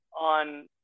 on